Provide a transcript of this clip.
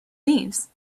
leaves